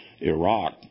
Iraq